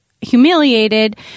humiliated